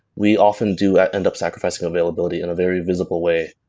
we often do end up sacrificing availability in a very visible way.